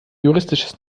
juristisches